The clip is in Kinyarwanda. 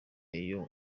iyo